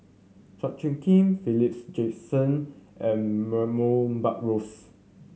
Chua Soo Khim Philip Jackson and Buttrose